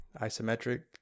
isometric